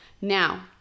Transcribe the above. now